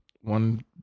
one